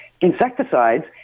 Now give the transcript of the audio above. insecticides